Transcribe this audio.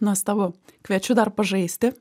nuostabu kviečiu dar pažaisti